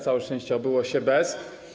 Całe szczęście obyło się bez.